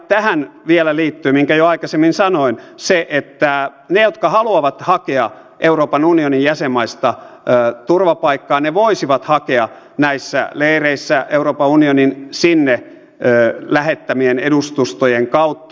tähän vielä liittyy minkä jo aikaisemmin sanoin se että ne jotka haluavat hakea euroopan unionin jäsenmaista turvapaikkaa voisivat hakea näissä leireissä euroopan unionin sinne lähettämien edustustojen kautta